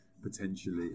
potentially